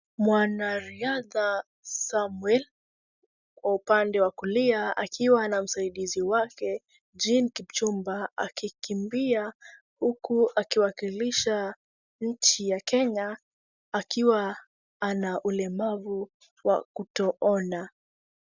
Mwanariadha Samuel upande wa kulia akiwa na msaidizi wake Jean Kipchumba akikimbia huku akiwakilisha nchi ya kenya akiwa ana ulemavu wa kutoona.